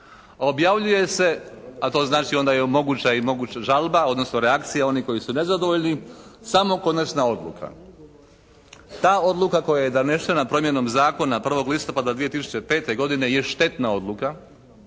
objavljuje se, a to znači onda je moguća i moguća žalba odnosno reakcija onih koji su nezadovoljni samo konačna odluka. Ta odluka koja je donešena promjenom Zakona 1. listopada 2005. godine je štetna odluka